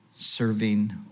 serving